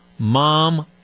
Mom